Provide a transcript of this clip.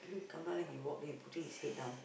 come down then he walk then he putting his head down